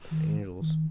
angels